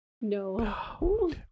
No